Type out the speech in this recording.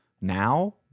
Now